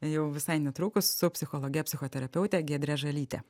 jau visai netrukus su psichologe psichoterapeute giedre žalyte